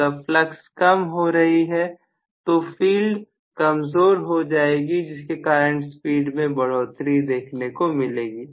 अगर फ्लक्स कम हो रही है तो फील्ड कमजोर हो जाएगी जिसके कारण स्पीड में बढ़ोतरी देखने को मिलेगी